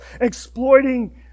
exploiting